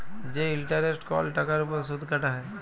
যে ইলটারেস্ট কল টাকার উপর সুদ কাটা হ্যয়